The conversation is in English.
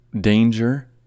danger